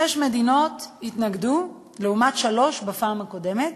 שש מדינות התנגדו לעומת שלוש בפעם הקודמת,